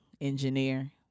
engineer